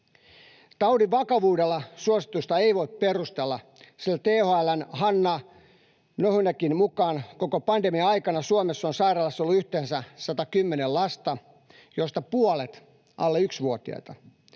Taudin vakavuudella suositusta ei voi perustella, sillä THL:n Hanna Nohynekin mukaan koko pandemia-aikana Suomessa on sairaalassa ollut yhteensä 110 lasta, joista puolet alle yksivuotiaita